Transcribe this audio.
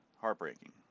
heartbreaking